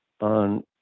on